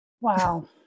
Wow